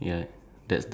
um